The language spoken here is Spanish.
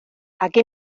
aquí